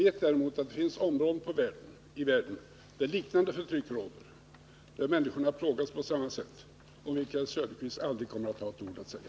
Men vi vet att det finns områden i världen där liknande förtryck råder, där människorna plågas på samma sätt, om vilka herr Söderqvist aldrig kommer att ha ett ord att säga.